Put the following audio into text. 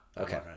Okay